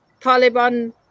Taliban